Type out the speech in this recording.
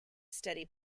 study